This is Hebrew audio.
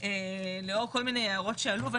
לאור כל מיני הערות שעלו.